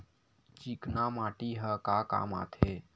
चिकना माटी ह का काम आथे?